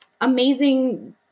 amazing